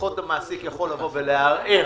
לפחות המעסיק יכול לערער.